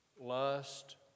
lust